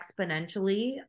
exponentially